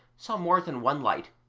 saw more than one light,